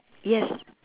yes